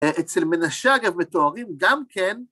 אצל מנשה, אגב מתוארים גם כן...